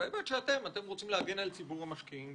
שאתם רוצים להגן על ציבור המשקיעים.